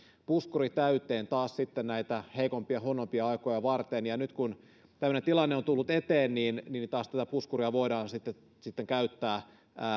puskuri täyteen taas näitä heikompia huonompia aikoja varten nyt kun tämmöinen tilanne on tullut eteen niin niin taas tätä puskuria voidaan sitten sitten käyttää